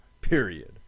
period